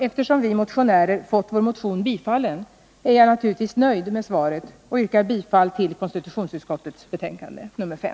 Eftersom vi motionärer fått vår motion tillstyrkt är jag naturligtvis nöjd med svaret och yrkar bifall till konstitutionsutskottets hemställan i betänkande nr 5.